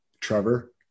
Trevor